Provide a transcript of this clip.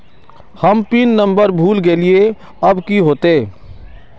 हम pin number भूल गलिऐ अब की होते?